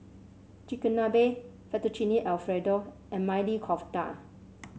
Chigenabe Fettuccine Alfredo and Maili Kofta